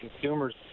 consumers